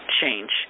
change